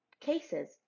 cases